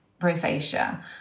rosacea